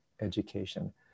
education